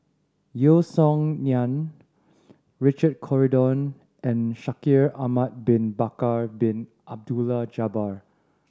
Yeo Song Nian Richard Corridon and Shaikh Ahmad Bin Bakar Bin Abdullah Jabbar